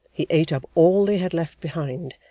he ate up all they had left behind,